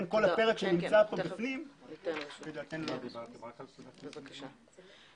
מנכ"ל משרד הפנים, מרדכי כהן, בבקשה.